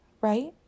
right